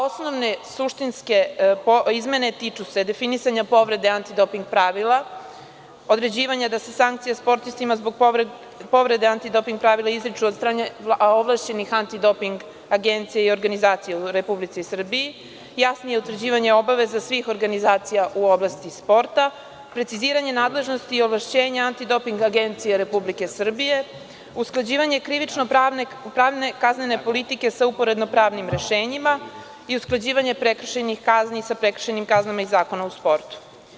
Osnovne suštinske izmene tiču se definisanja povrede antidoping pravila, određivanja da se sankcije sportistima zbog povrede antidoping pravila izriču od strane ovlašćenih antidoping agencija i organizacija u Republici Srbiji, jasnije utvrđivanje obaveza svih organizacija u oblasti sporta, preciziranje nadležnosti i ovlašćenja Antidoping agencije Republike Srbije, usklađivanje krivično-pravne kaznene politike sa uporedno-pravnim rešenjima i usklađivanje prekršajnih kazni sa prekršajnim kaznama iz Zakona o sportu.